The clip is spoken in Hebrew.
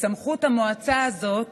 בסמכות המועצה הזאת